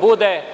bude